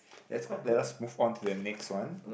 let's let's us move on to the next one